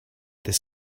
this